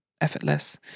effortless